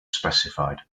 specified